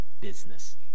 business